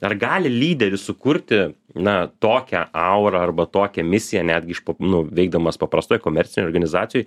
ar gali lyderis sukurti na tokią aurą arba tokią misiją netgi iš nu veikdamas paprastoj komercinėj organizacijoj